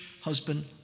husband